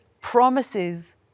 promises